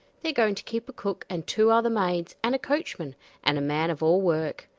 they're going to keep a cook and two other maids and a coachman and a man-of-all-work.